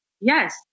Yes